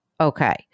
okay